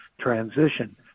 transition